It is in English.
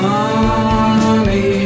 Money